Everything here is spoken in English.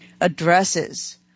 addresses